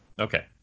Okay